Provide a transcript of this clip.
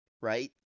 right